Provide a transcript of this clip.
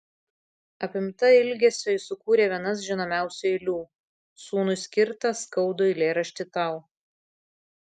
apimta ilgesio ji sukūrė vienas žinomiausių eilių sūnui skirtą skaudų eilėraštį tau